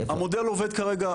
המודל עובד כרגע,